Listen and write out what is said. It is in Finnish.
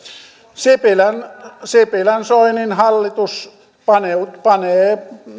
sipilän sipilän soinin hallitus panee panee